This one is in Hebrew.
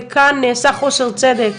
וכאן נעשה חוסר צדק.